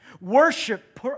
Worship